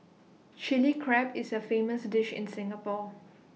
Chilli Crab is A famous dish in Singapore